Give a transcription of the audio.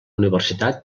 universitat